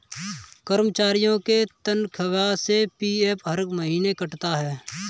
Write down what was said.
कर्मचारियों के तनख्वाह से पी.एफ हर महीने कटता रहता है